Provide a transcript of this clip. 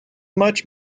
much